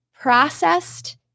processed